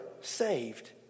saved